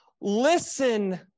Listen